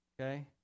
Okay